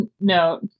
note